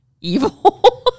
evil